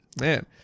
Man